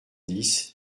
dix